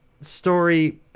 story